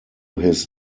his